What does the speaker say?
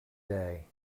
day